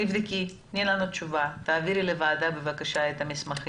תבדקי, תני לנו תשובה, תעבירי לוועדה את המסמכים.